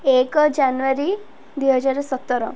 ଏକ ଜାନୁଆରୀ ଦୁଇହଜାର ସତର